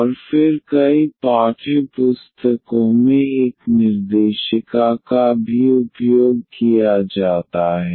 और फिर कई पाठ्यपुस्तकों में एक निर्देशिका का भी उपयोग किया जाता है